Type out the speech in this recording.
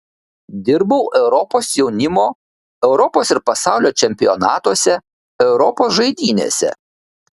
dirbau europos jaunimo europos ir pasaulio čempionatuose europos žaidynėse